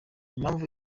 impamvu